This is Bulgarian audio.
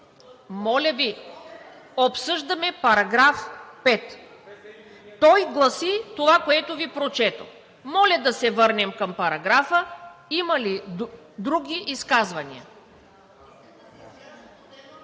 Моля Ви, обсъждаме § 5. Той гласи това, което Ви прочетох. Моля да се върнем към параграфа. Има ли други изказвания?